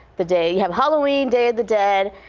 the day have halloween day of the dead.